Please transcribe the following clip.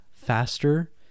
faster